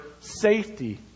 safety